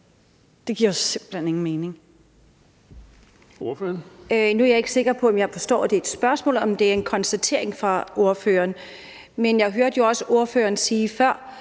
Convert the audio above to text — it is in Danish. Katarina Ammitzbøll (KF): Nu er jeg ikke sikker på, om det er et spørgsmål, eller om det er en konstatering fra ordføreren. Men jeg hørte også ordføreren sige før,